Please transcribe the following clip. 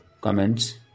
comments